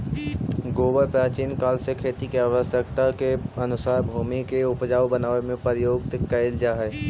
गोबर प्राचीन काल से खेती के आवश्यकता के अनुसार भूमि के ऊपजाऊ बनावे में प्रयुक्त कैल जा हई